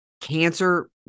Cancer